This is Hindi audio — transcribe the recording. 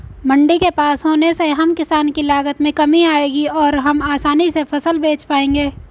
मंडी के पास होने से हम किसान की लागत में कमी आएगी और हम आसानी से फसल बेच पाएंगे